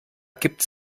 gibt